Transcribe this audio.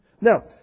Now